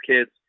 kids